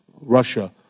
Russia